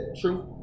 True